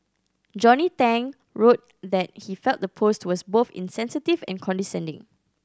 Johnny Tang wrote that he felt the post was both insensitive and condescending